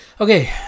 Okay